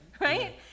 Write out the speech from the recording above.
right